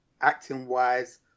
acting-wise